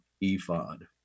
ephod